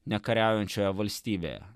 nekariaujančioje valstybėje